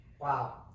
Wow